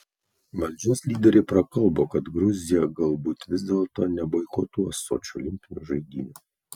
valdžios lyderiai prakalbo kad gruzija galbūt vis dėlto neboikotuos sočio olimpinių žaidynių